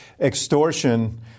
extortion